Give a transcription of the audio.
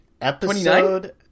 Episode